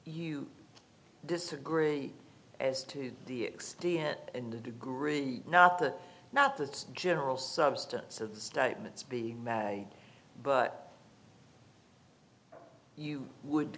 you disagree as to the extent and the degree not the not the general substance of the statements being but you would